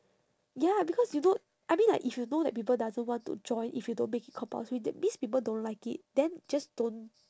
ya because you know I mean like if you know that people doesn't want to join if you don't make it compulsory that means people don't like it then just don't